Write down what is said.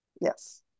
Yes